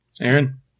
Aaron